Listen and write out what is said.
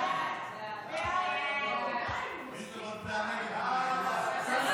ההצעה להעביר את הצעת חוק המים (תיקון